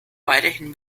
weiterhin